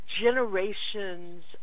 generations